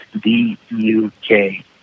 D-U-K